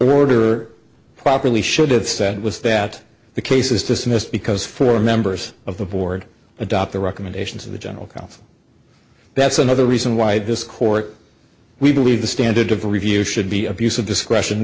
order properly should have said was that the case was dismissed because four members of the board adopt the recommendations of the general counsel that's another reason why this court we believe the standard of review should be abuse of discretion